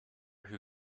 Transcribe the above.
who